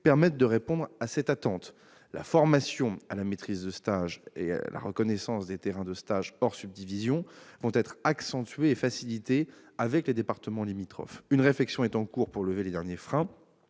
permettent de répondre à cette attente. La formation à la maîtrise de stage et la reconnaissance des terrains de stage hors subdivision vont être accentuées et facilitées avec les départements limitrophes. Une réflexion est en cours pour lever les derniers freins